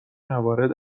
موارد